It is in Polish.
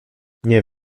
nie